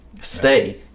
stay